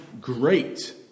great